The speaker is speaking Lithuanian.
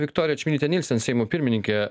viktorija čmilytė nylsen seimo pirmininkė